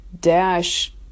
dash